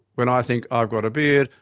when i think, i've got a beard,